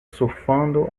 surfando